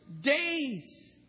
Days